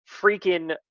freaking